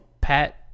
pat